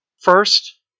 First